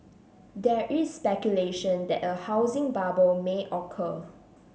there is speculation that a housing bubble may occur